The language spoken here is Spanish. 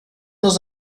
nos